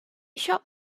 shop